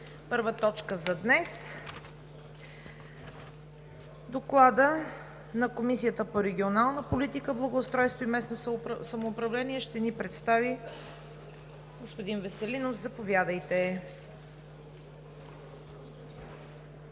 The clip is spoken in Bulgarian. първа за днес. Доклада на Комисията по регионална политика, благоустройство и местно самоуправление ще ни представи господин Веселинов – заповядайте.